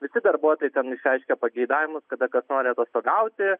visi darbuotojai ten išreiškia pageidavimus kada kad nori atostogauti